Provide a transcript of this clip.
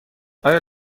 آیا